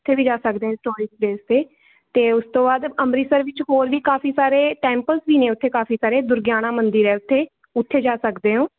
ਉੱਥੇ ਵੀ ਜਾ ਸਕਦੇ ਆ ਹਿਸਟੋਰੀਕਲ ਪਲੇਸਿਸ 'ਤੇ ਅਤੇ ਉਸ ਤੋਂ ਬਾਅਦ ਅੰਮ੍ਰਿਤਸਰ ਵਿੱਚ ਹੋਰ ਵੀ ਕਾਫੀ ਸਾਰੇ ਟੈਂਪਲਸ ਵੀ ਨੇ ਉੱਥੇ ਕਾਫੀ ਸਾਰੇ ਦੁਰਗਿਆਣਾ ਮੰਦਰ ਹੈ ਉੱਥੇ ਉੱਥੇ ਜਾ ਸਕਦੇ ਓਂ